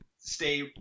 stay